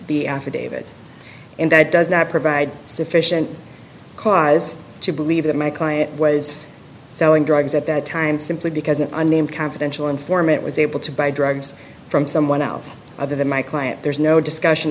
the affidavit and that does not provide sufficient cause to believe that my client was selling drugs at that time simply because an unnamed confidential informant was able to buy drugs from someone else other than my client there's no discussion